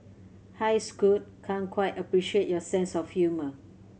hi Scoot can't quite appreciate your sense of humour